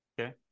okay